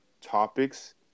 topics